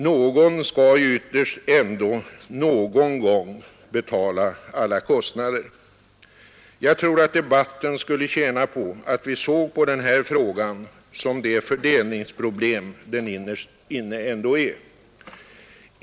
Någon skall ju ytterst ändå någon gång betala alla kostnader. Jag tror att debatten skulle tjäna på att vi såg på den här frågan som det fördelningsproblem den innerst inne ändå är.